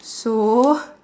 so